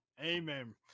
Amen